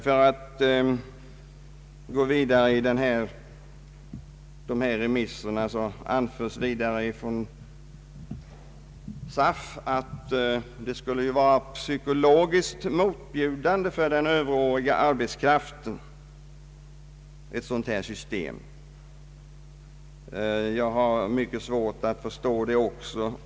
För att gå vidare bland remissyttrandena kan jag nämna att SAF anför att ett sådant system skulle vara psykolo giskt motbjudande för den överåriga arbetskraften. Jag har mycket svårt att förstå det också.